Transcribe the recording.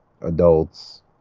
adults